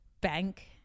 bank